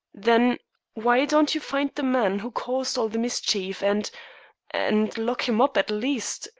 then why don't you find the man who caused all the mischief and and lock him up at least,